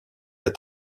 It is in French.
est